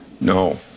No